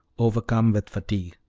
overcome with fatigue.